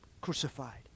crucified